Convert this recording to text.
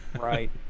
Right